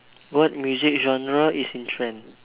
what music genre is in trend